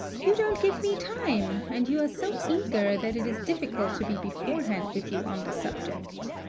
you don't give me time, and you are so eager that it is difficult to be beforehand with you on the subject.